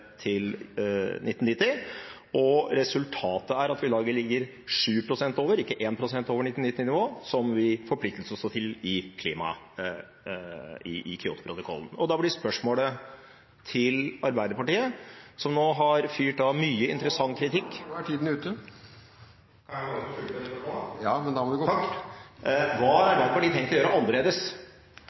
til 1990, og resultatet er at vi da vil ligge 7 pst. over 1990-nivået og ikke 1 pst., slik vi forpliktet oss til i Kyotoprotokollen. Da blir spørsmålet til Arbeiderpartiet, som nå har fyrt av mye: Hva har Arbeiderpartiet tenkt å gjøre annerledes